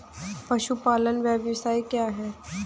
पशुपालन व्यवसाय क्या है?